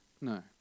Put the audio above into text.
No